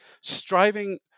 striving